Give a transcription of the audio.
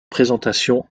présentation